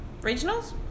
Regionals